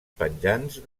penjants